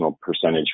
percentage